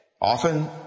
often